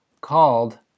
called